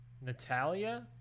Natalia